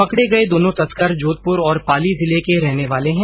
पकडे गये दोनो तस्कर जोधपुर और पाली जिले के रहने वाले है